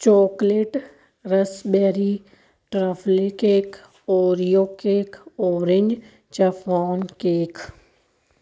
chocolate raspberry truffle cake Oreo cake orange chiffon cake